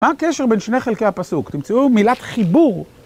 מה הקשר בין שני חלקי הפסוק? תמצאו מילת חיבור.